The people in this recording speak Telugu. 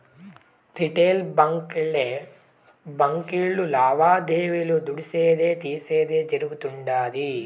రిటెయిల్ బాంకీలే బాంకీలు లావాదేవీలు దుడ్డిసేది, తీసేది జరగుతుండాది